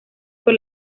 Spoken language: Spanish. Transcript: por